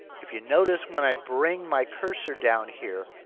if you'll notice, when i bring my cursor down here.